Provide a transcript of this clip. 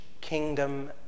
kingdom